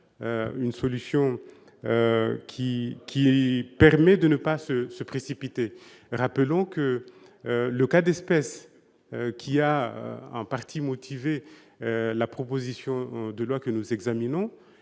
une solution sage, qui permettrait de ne pas se précipiter. Rappelons-le, l'affaire qui a en partie motivé la proposition de loi que nous examinons